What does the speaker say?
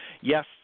yes